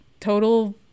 total